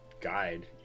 guide